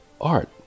art